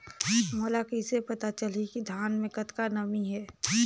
मोला कइसे पता चलही की धान मे कतका नमी हे?